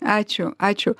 ačiū ačiū